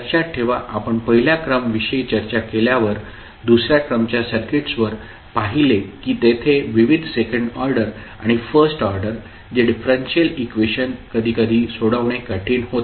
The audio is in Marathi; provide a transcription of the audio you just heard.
लक्षात ठेवा आपण पहिल्या क्रम विषयी चर्चा केल्यावर दुसऱ्या क्रमच्या सर्किट्सवर पाहिले की तेथे विविध सेकंड ऑर्डर आणि फर्स्ट ऑर्डर जे डिफरेंशियल इक्वेशन कधी कधी सोडवणे कठीण होते